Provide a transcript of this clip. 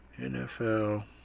NFL